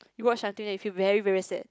you watch until then you feel very very sad